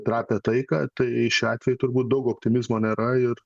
trapią taiką tai šiuo atveju turbūt daug optimizmo nėra ir